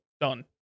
done